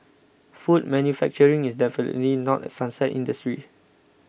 food manufacturing is definitely not a sunset industry